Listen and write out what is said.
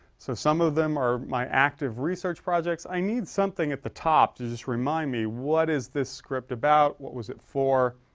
so some of them are my active research projects. i need something at the top to just remind me, me, what is this script about? what was it for?